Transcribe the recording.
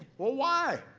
well, why?